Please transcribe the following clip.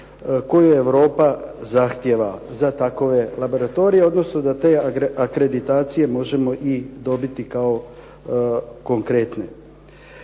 koji Europa zahtjeva za takve laboratorije, odnosno da te akreditacije možemo i dobiti kao konkretne.